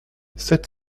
sept